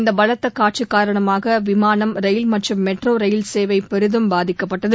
இந்த பலத்த காற்று காரணமாக விமானம் ரயில் மற்றும் மெட்ரோ ரயில் சேவை பெரிதும் பாதிக்கப்பட்டது